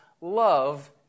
love